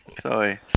Sorry